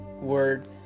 word